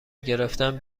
گرفتن